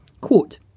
Quote